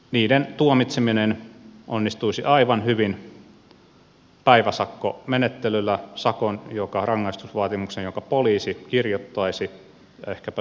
niiden tuomitseminen onnistuisi aivan hyvin päiväsakkomenettelyllä jossa sakon rangaistusvaatimuksen poliisi kirjoittaisi ja ehkäpä syyttäjä vahvistaisi